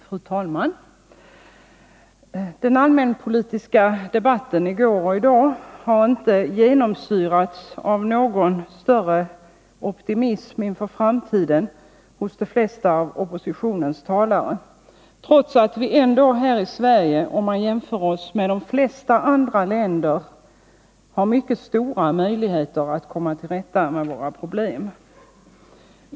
Fru talman! Den allmänpolitiska debatten i går och i dag har inte genomsyrats av någon större optimism inför framtiden hos de flesta av oppositionens talare, trots att vi här i Sverige, om man jämför oss med de flesta andra länder, har mycket stora möjligheter att komma till rätta med våra problem.